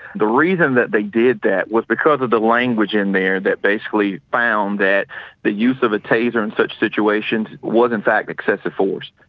the reason that they did that was because of the language in there that basically found that the use of a taser in such situations was in fact excessive force.